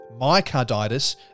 myocarditis